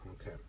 Okay